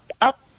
up